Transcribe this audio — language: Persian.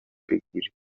بگیری